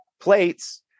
plates